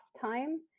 time